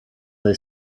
they